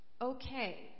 Okay